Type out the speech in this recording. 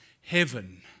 heaven